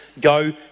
go